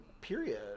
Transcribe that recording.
Period